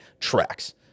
tracks